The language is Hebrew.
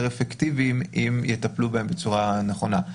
אפקטיביות אם יטפלו בהן בצורה נכונה.